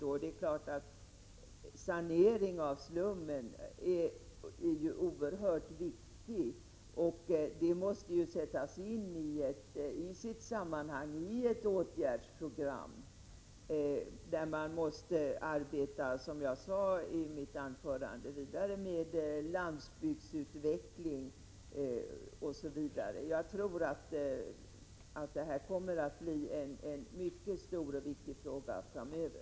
Det är klart att sanering av slummen är oerhört viktig. Detta måste sättas in i sitt sammanhang, i ett åtgärdsprogram, där man måste arbeta vidare med landsbygdsutveckling osv., som jag sade i mitt anförande. Jag tror att detta kommer att bli en mycket stor och viktig fråga framöver.